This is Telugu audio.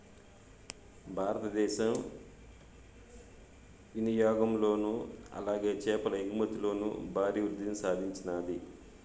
భారతదేశం వినియాగంలోను అలాగే చేపల ఎగుమతిలోను భారీ వృద్దిని సాధించినాది